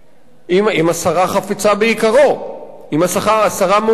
אם השרה חפצה ביקרו, אם השרה מעוניינת בו.